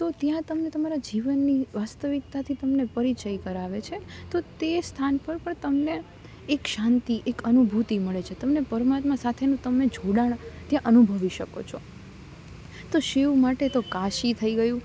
તો ત્યાં તમને તમારા જીવનની વાસ્તવિકતાથી તમને પરિચય કરાવે છે તો તે સ્થાન પર પણ તમને એક શાંતિ એક અનુભૂતિ મળે છે તમને પરમાત્મા સાથેનું તમે જોડાણ ત્યાં અનુભવી શકો છો તો શિવ માટે તો કાશી થઈ ગયું